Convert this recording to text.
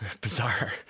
bizarre